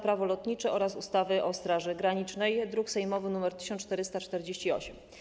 Prawo lotnicze oraz ustawy o Straży Granicznej, druk sejmowy nr 1448.